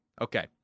Okay